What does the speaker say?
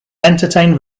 entertained